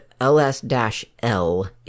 ls-l